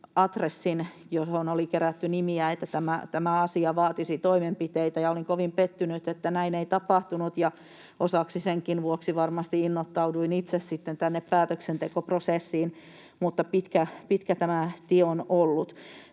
johon oli kerätty nimiä, että tämä asia vaatisi toimenpiteitä, ja olin kovin pettynyt, että näin ei tapahtunut, ja osaksi senkin vuoksi varmasti innoittauduin itse sitten tänne päätöksentekoprosessiin, mutta pitkä tämä tie on ollut.